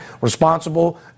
responsible